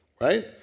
right